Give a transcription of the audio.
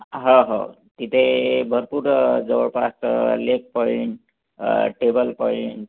हो हो इथे भरपूर जवळपास लेक पॉईंट टेबल पॉईंट